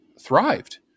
thrived